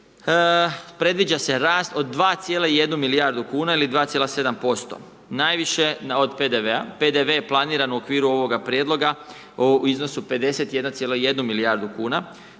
predviđa se rast od 2,1 milijardu kuna ili 2,7%, najviše od PDV-a, PDV je planiran u okviru ovoga prijedloga u iznosu 51,1 milijardu kuna